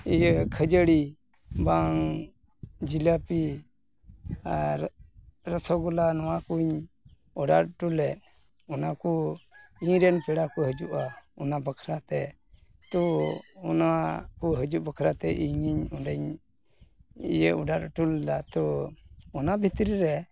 ᱤᱭᱟᱹ ᱠᱷᱟᱹᱡᱟᱹᱲᱤ ᱵᱟᱝ ᱡᱷᱤᱞᱟᱯᱤ ᱟᱨ ᱨᱚᱥᱚᱜᱚᱞᱞᱟ ᱱᱚᱣᱟ ᱠᱩᱧ ᱚᱰᱟᱨ ᱚᱴᱞᱮᱫ ᱚᱱᱟ ᱠᱚ ᱤᱧ ᱨᱮᱱ ᱯᱮᱲᱟ ᱠᱚ ᱦᱤᱡᱩᱜᱼᱟ ᱚᱱᱟ ᱵᱟᱠᱷᱟᱨᱟ ᱛᱮ ᱛᱚ ᱚᱱᱟ ᱠᱚ ᱦᱤᱡᱩᱜ ᱵᱟᱠᱷᱟᱨᱟ ᱛᱮ ᱤᱧᱤᱧ ᱚᱸᱰᱮᱧ ᱤᱭᱟᱹ ᱚᱰᱟᱨ ᱚᱴᱚ ᱞᱮᱫᱟ ᱛᱚ ᱚᱱᱟ ᱵᱷᱤᱛᱨᱤ ᱨᱮ